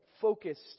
focused